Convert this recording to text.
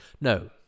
No